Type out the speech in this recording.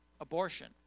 Abortion